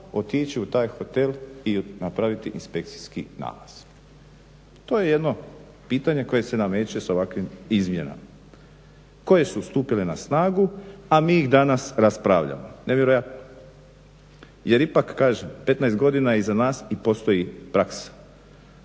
otići u taj hotel i napravi inspekcijski nalaz. To je jedno pitanje koje se nameće sa ovakvim izmjenama koje su stupile na snagu a mi ih danas raspravljamo. Nevjerojatno. Jer ipak kažem, 15 godina je iza nas i postoji praksa.